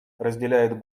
разделяет